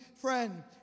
friend